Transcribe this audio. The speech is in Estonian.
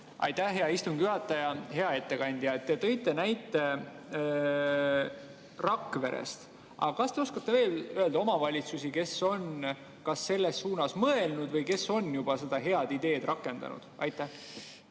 Aitäh, hea istungi juhataja! Hea ettekandja! Te tõite näite Rakverest. Aga kas te oskate veel öelda omavalitsusi, kes on kas selles suunas mõelnud või kes on juba seda head ideed rakendanud? Aitäh,